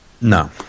No